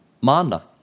mana